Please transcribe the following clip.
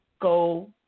go